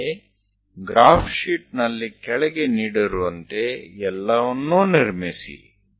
ಅಂತೆಯೇ ಗ್ರಾಫ್ ಶೀಟ್ನಲ್ಲಿ ಕೆಳಗೆ ನೀಡಿರುವಂತೆ ಎಲ್ಲವನ್ನೂ ನಿರ್ಮಿಸಿ